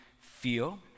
feel